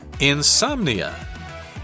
Insomnia